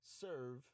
Serve